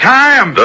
time